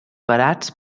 barats